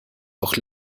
doch